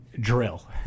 drill